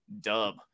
dub